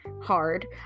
hard